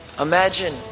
Imagine